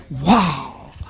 Wow